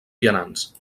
vianants